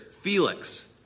Felix